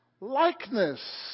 likeness